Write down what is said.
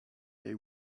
they